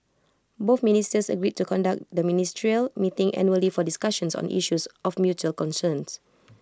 both ministers agreed to conduct the ministerial meeting annually for discussions on issues of mutual concerns